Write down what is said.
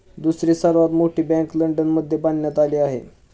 दुसरी सर्वात मोठी बँक लंडनमध्ये बांधण्यात आली आहे